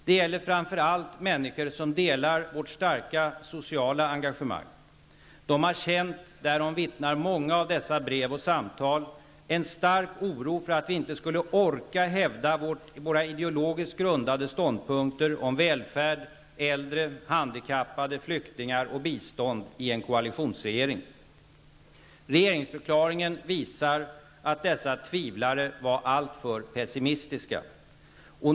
Det gäller framför allt människor som delar vårt starka sociala engagemang. Dessa människor har känt -- därom vittnar många av breven och samtalen -- en stark oro för att vi i en koalitionsregering inte skulle orka hävda våra ideologiskt grundade ståndpunkter om välfärd, de äldre, handikappade, flyktingar och bistånd. Regeringsförklaringen visar att dessa tvivlare var alltför pessimistiska.